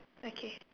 okay